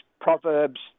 Proverbs